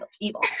evil